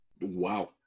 Wow